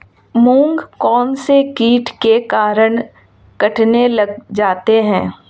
मूंग कौनसे कीट के कारण कटने लग जाते हैं?